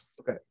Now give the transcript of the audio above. Okay